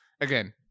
again